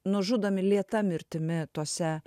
nužudomi lėta mirtimi tuose